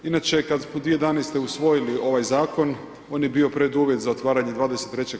Inače kad smo 2011. usvojili ovaj zakon on je bio preduvjet za otvaranje 23.